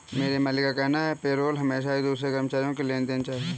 मेरे मालिक का कहना है कि पेरोल हमें एक दूसरे कर्मचारियों के लिए देना चाहिए